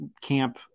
camp